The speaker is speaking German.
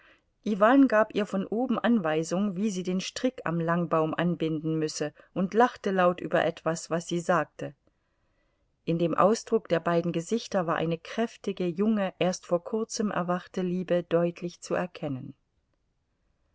iwan gab ihr von oben anweisung wie sie den strick am langbaum anbinden müsse und lachte laut über etwas was sie sagte in dem ausdruck der beiden gesichter war eine kräftige junge erst vor kurzem erwachte liebe deutlich zu erkennen